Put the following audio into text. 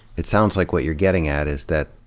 it sounds like what you're getting at is that,